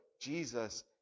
Jesus